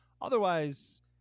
Otherwise